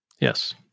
Yes